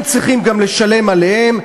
הם צריכים גם לשלם עליהם,